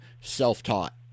self-taught